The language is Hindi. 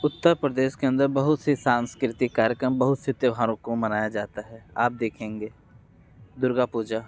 उत्तर प्रदेश के अंदर बहुत सी सांस्कृतिक कार्यक्रम बहुत सी त्योहारों को मनाया जाता है आप देखेंगे दुर्गा पूजा